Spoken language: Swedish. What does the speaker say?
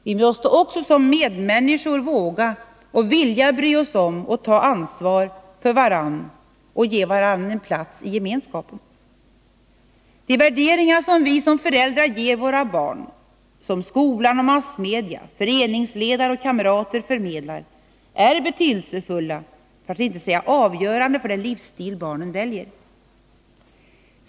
Vi måste också som medmänniskor våga och vilja bry oss om och att ta ansvar för varann och ge varann en plats i gemenskapen. De värderingar vi som föräldrar ger våra barn, som skolan och massmedia, föreningsledare och kamrater förmedlar, är betydelsefulla för att inte säga avgörande för den livsstil barnen väljer.